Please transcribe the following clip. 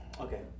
Okay